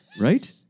Right